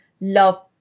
love